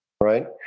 right